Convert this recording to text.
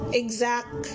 exact